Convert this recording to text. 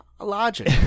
Logic